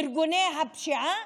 ארגוני הפשיעה,